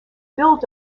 built